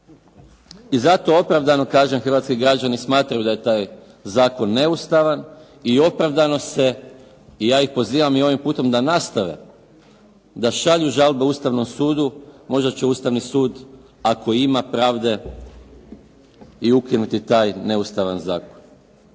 I zato opravdano kažem hrvatski građani smatraju da je taj zakon neustavan i opravdano se i ja ih pozivam i ovim putem da nastave da šalju žalbe Ustavnom sudu, možda će Ustavni sud ako ima pravde i ukinuti taj neustavan zakon.